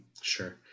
Sure